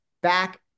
back